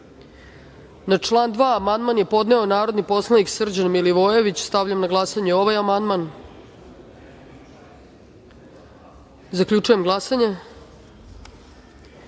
član 6. amandman je podneo narodni poslanik Srđan Milivojević. Stavljam na glasanje amandman. Zaključujem glasanje: